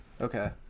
Okay